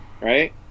right